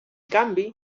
canvi